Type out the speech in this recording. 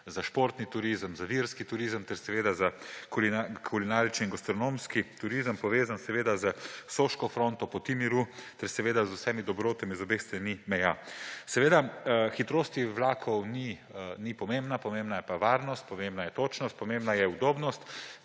za športni turizem, za verski turizem ter seveda za kulinarični in gastronomski turizem, povezan seveda s soško fronto, Potjo miru ter z vsemi dobrotami z obeh strani meja. Seveda hitrost vlakov ni pomembna, pomembna je pa varnost, pomembna je točnost, pomembna je udobnost.